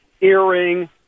earring